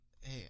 Hey